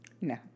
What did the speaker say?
No